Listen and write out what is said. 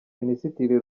minisitiri